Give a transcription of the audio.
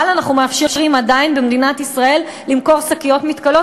אבל אנחנו מאפשרים עדיין במדינת ישראל למכור שקיות לא מתכלות,